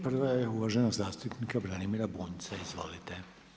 Prva je uvaženog zastupnika Branimira Bunjca, izvolite.